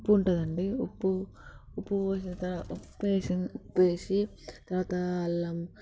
ఉప్పు ఉంటుంది అండి ఉప్పు ఉప్పు పోసిన తర్వాత ఉప్పు వేసి ఉప్పు వేసి తర్వాత అల్లం